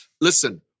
Listen